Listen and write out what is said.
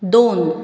दोन